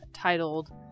Titled